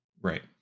right